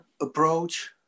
approach